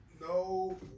no